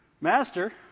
Master